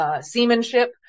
Seamanship